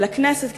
אל הכנסת,